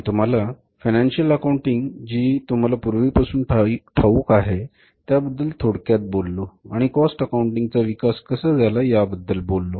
मी तुम्हाला financial accounting जी तुम्हाला पूर्वीपासून ठाऊक आहे त्याबद्दल थोडक्यात बोललो आणि कॉस्ट अकाऊंटिंगचा विकास कसा झाला याबद्दल बोललो